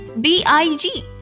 B-I-G